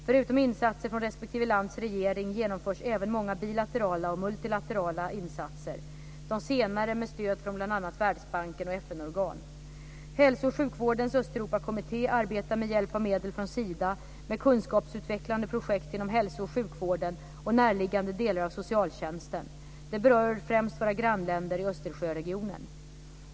Förutom insatser från respektive lands regering genomförs även många bilaterala och multilaterala insatser, de senare med stöd från bl.a. Världsbanken och FN-organ. Hälsooch sjukvårdens Östeuropakommitté arbetar med hjälp av medel från Sida med kunskapsutvecklande projekt inom hälso och sjukvården och närliggande delar av socialtjänsten. Det berör främst våra grannländer i Östersjöregionen.